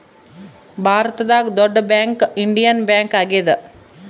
ಭಾರತದಾಗ ದೊಡ್ಡ bank Indian bank ಆಗ್ಯಾದ